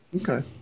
Okay